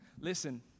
Listen